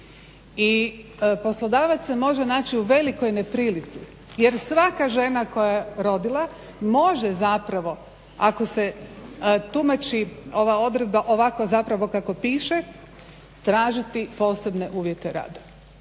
I poslodavac se može naći u velikoj neprilici, jer svaka žena koja je rodila može zapravo ako se tumači ova odredba ovako zapravo kako piše tražiti posebne uvjete rada.